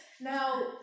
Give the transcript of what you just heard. Now